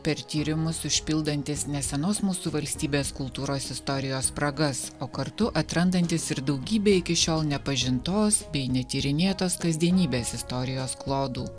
per tyrimus užpildantis nesenos mūsų valstybės kultūros istorijos spragas o kartu atrandantis ir daugybę iki šiol nepažintos bei netyrinėtos kasdienybės istorijos klodų